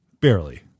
barely